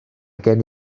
gen